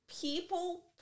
people –